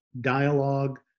dialogue